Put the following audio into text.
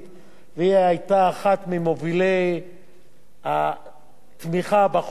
והיא היתה אחת ממובילי התמיכה בחוק הזה,